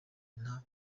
nta